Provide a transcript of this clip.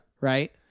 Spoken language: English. Right